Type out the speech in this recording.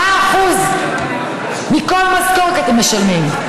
7% מכל משכורת אתם משלמים,